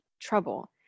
trouble